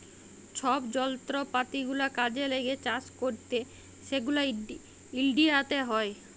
ছব যলত্রপাতি গুলা কাজে ল্যাগে চাষ ক্যইরতে সেগলা ইলডিয়াতে হ্যয়